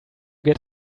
get